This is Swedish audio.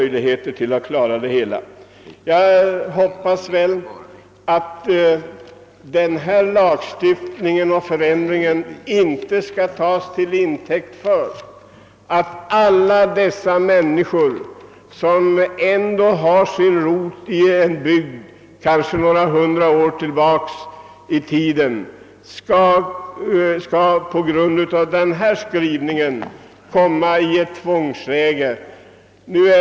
Jag hoppas att denna förändring inte skall tas till intäkt för att alla dessa människor, som sedan hundratals år tillbaka ändå har sin rot i en bygd, på grund av den föreliggande skrivningen skall komma i ett tvångsläge.